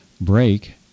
break